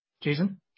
Jason